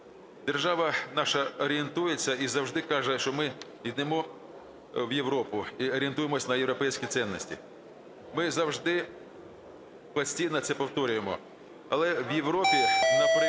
Держава наша орієнтується і завжди каже, що ми йдемо в Європу і орієнтуємося на європейські цінності. Ми завжди постійно це повторюємо, але в Європі, наприклад